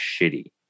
shitty